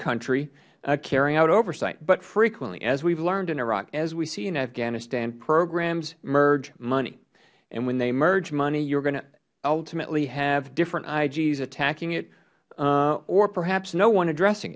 country carrying out oversight but frequently as we have learned in iraq as we see in afghanistan programs merge money and when they merge money you are going to ultimately have different igs attacking it or perhaps no one addressing